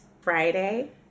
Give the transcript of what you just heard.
friday